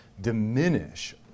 diminish